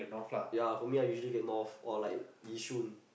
ya for me I usually get north or like Yishun